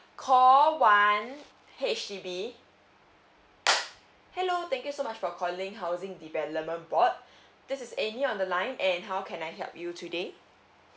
call one H_D_B hello thank you so much for calling housing development board this is amy on the line and how can I help you today